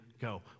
go